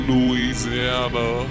Louisiana